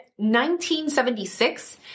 1976